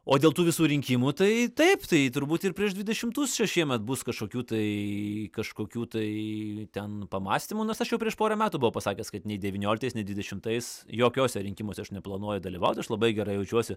o dėl tų visų rinkimų tai taip tai turbūt ir prieš dvidešimtus še šiemet bus kažkokių tai kažkokių tai ten pamąstymų nors aš jau prieš porą metų buvau pasakęs kad nei devynioliktais nei dvidešimtais jokiuose rinkimuose aš neplanuoju dalyvauti aš labai gerai jaučiuosi